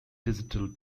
digital